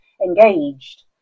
engaged